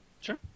Sure